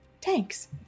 tanks